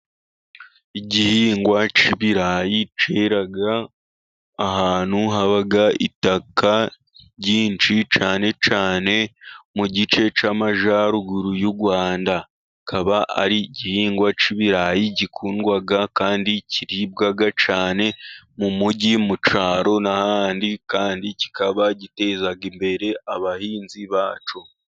Igihingwa cy'ibirayi cyera ahantu haba itaka ryinshi cyane cyane mu gice cy'amajyaruguru y'u Rwanda. Kikaba ari igihingwa cy'ibirayi gikundwa kandi kiribwa cyane mu mujyi mu cyaro n'ahandi kandi kikaba giteza imbere abahinzi bacyo.